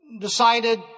decided